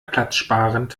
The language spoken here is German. platzsparend